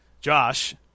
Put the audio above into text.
Josh